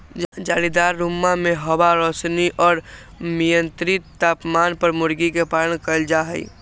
जालीदार रुम्मा में हवा, रौशनी और मियन्त्रित तापमान पर मूर्गी के पालन कइल जाहई